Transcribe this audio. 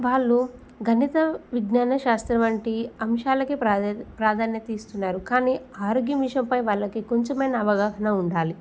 వాళ్ళు గణిత విజ్ఞాన శాస్త్రం వంటి అంశాలకి ప్రాధాన్యత ఇస్తున్నారు కానీ ఆరోగ్యం విషయంపై వాళ్ళకి కొంచెమైనా అవగాహన ఉండాలి